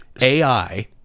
AI